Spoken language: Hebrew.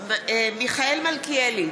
מיכאל מלכיאלי,